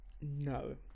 No